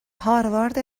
هاروارد